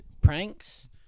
pranks